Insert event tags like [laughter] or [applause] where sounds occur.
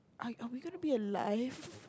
are are we going to be alive [laughs]